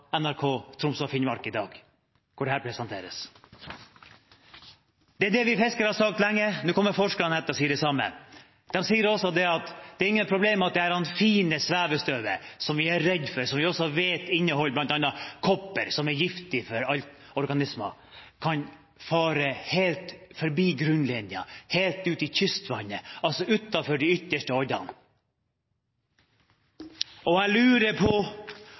det vi fiskere har sagt lenge, nå kommer forskerne etter og sier det samme. De sier også at det ikke er noe problem for det fine svevestøvet, som vi er redd for, og som vi vet bl.a. inneholder kobber som er giftig for alle organismer, å fare helt forbi grunnlinjen, helt ut i kystvannet – altså utenfor de ytterste oddene. Jeg lurer på